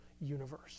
universe